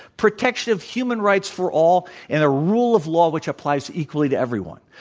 protection of human rights for all, and a rule of law which applies equally to everyone.